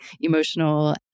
emotional